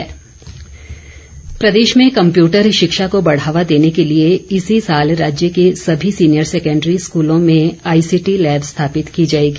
संकल्प प्रदेश में कंप्यूटर शिक्षा को बढ़ावा देने के लिए इसी साल राज्य के सभी सीनियर सेकेंडरी स्कूलों में आईसी टी लैब स्थापित की जाएगी